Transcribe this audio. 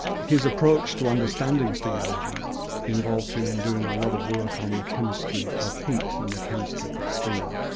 his approach to understanding steam engines involved him in doing a lot of work on the chemistry of heat and the chemistry of steam.